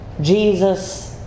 Jesus